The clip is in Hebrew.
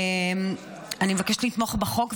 אני מבקשת לתמוך בחוק,